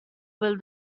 build